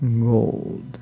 gold